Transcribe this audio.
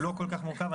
הוא לא כל כך מורכב.